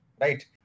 right